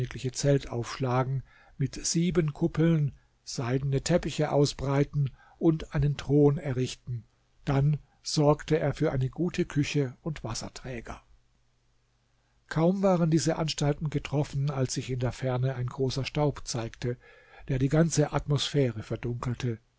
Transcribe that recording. zelt aufschlagen mit sieben kuppeln seidene teppiche ausbreiten und einen thron errichten dann sorgte er für eine gute küche und wasserträger kaum waren diese anstalten getroffen als sich in der ferne ein großer staub zeigte der die ganze atmosphäre verdunkelte